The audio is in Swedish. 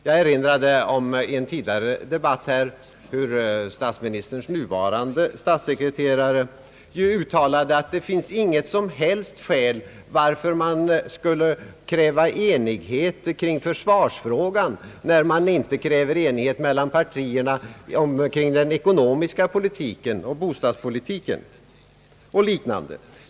Jag erinrar om en tidigare debatt här i riksdagen, där jag påtalat att statsministerns nuvarande statssekreterare uttalade att det inte finns något som helst skäl till att man skulle kräva enighet kring försvarsfrågan, när man inte kräver enighet mellan partierna kring den ekonomiska politiken, bostadspolitiken och liknande.